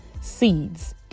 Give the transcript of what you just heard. seeds